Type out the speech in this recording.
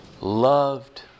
loved